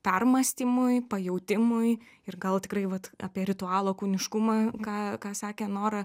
permąstymui pajautimui ir gal tikrai vat apie ritualo kūniškumą ką ką sakė nora